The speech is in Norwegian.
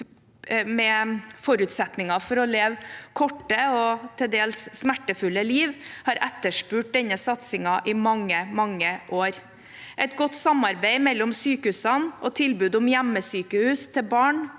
med forutsetninger for å leve et kort og til dels smertefullt liv, har etterspurt denne satsingen i mange år – et godt samarbeid mellom sykehusene og tilbud om hjemmesykehus til barn,